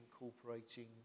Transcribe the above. incorporating